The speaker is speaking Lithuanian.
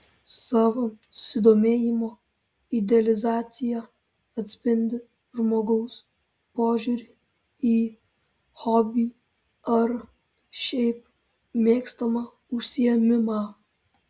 savo susidomėjimo idealizacija atspindi žmogaus požiūrį į hobį ar šiaip mėgstamą užsiėmimą